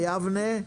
ביבנה,